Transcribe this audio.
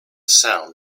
sound